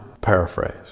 paraphrase